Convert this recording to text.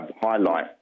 highlight